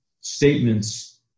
statements